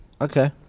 okay